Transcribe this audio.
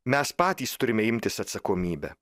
mes patys turime imtis atsakomybę